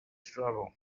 struggle